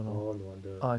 orh no wonder